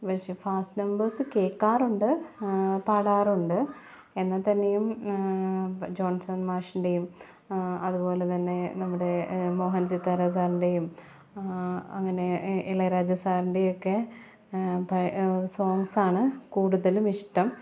പക്ഷെ fast numbers കേൾക്കാറുണ്ട് പാടാറുണ്ട് എന്നാൽ തന്നെയും ജോൺസൺ മാഷിൻ്റെയും അതുപോലെ തന്നെ നമ്മുടെ മോഹൻ സിതാര സറിൻ്റെയും അങ്ങനെ ഇളയരാജ സാറിൻ്റെയൊക്കെ പഴ സോങ്സ് ആണ് കൂടുതലും ഇഷ്ടം